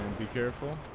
be careful